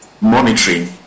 monitoring